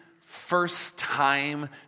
first-time